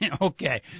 Okay